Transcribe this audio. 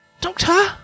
Doctor